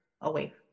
away